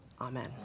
Amen